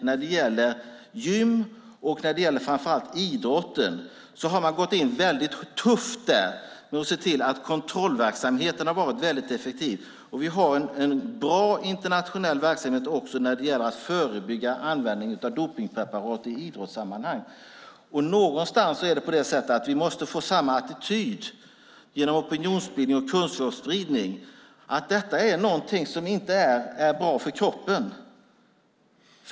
När det gäller gym och framför allt när det gäller idrotten har man nämligen gått in väldigt tufft med att se till att kontrollverksamheten har varit effektiv. Vi har också en bra internationell verksamhet när det gäller att motverka användning av dopningspreparat i idrottssammanhang. Vi måste få samma attityd, genom opinionsbildning och kunskapsspridning, att detta är någonting som inte är bra för kroppen.